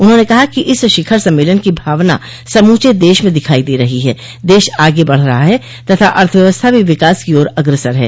उन्होंने कहा कि इस शिखर सम्मेलन की भावना समूचे देश में दिखाई दे रही है देश आगे बढ़ रहा है तथा अर्थव्यवस्था भी विकास की ओर अग्रसर है